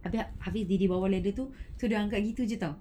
habis hafiz bawa ladder tu so dia angkat gitu jer [tau]